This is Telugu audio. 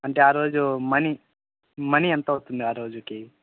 అంటే ఆరోజు మనీ మనీ ఎంత అవుతుంది ఆ రోజుకి